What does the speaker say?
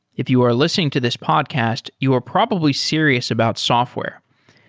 if you are listening to this podcast, you are probably serious about software.